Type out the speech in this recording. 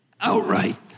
outright